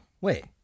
Wait